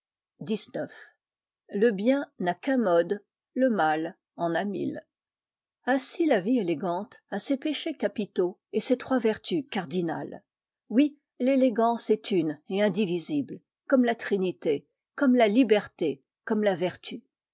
xix le bien n'a qu'un mode le mal en a mille ainsi la vie élégante a ses péchés capitaux et ses trois vertus cardinales oui l'élégance est une et indivisible comme la trinité comme la liberté comme la vertu